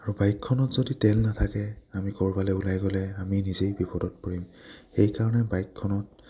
আৰু বাইকখনত যদি তেল নাথাকে আমি ক'ৰবালৈ ওলাই গ'লে আমি নিজেই বিপদত পৰিম সেইকাৰণে বাইকখনত